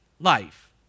life